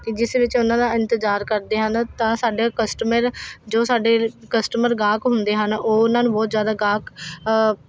ਅਤੇ ਜਿਸ ਵਿੱਚ ਉਹਨਾਂ ਦਾ ਇੰਤਜ਼ਾਰ ਕਰਦੇ ਹਨ ਤਾਂ ਸਾਡੇ ਕਸਟਮਰ ਜੋ ਸਾਡੇ ਲਈ ਕਸਟਮਰ ਗਾਹਕ ਹੁੰਦੇ ਹਨ ਉਹ ਉਹਨਾਂ ਨੂੰ ਬਹੁਤ ਜ਼ਿਆਦਾ ਗਾਹਕ